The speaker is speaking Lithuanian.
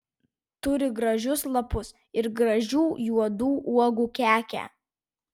turi gražius lapus ir gražių juodų uogų kekę